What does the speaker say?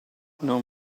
non